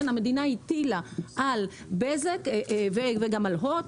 המדינה הטילה על בזק וגם על הוט,